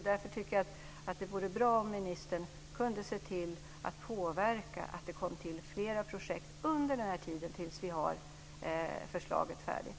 Därför tycker jag att det vore bra om ministern kunde se till att påverka detta så att det kommer till fler projekt under tiden fram till dess att vi har förslaget färdigt.